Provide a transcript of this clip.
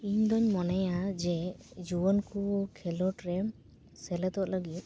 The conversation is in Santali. ᱤᱧ ᱫᱩᱧ ᱢᱚᱱᱮᱭᱟ ᱡᱮ ᱡᱩᱣᱟᱹᱱ ᱠᱚ ᱠᱷᱮᱞᱳᱰ ᱨᱮ ᱥᱮᱞᱮᱫᱚᱜ ᱞᱟᱹᱜᱤᱫ